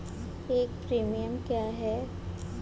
एक प्रीमियम क्या है?